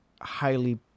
highly